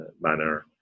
manner